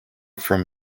from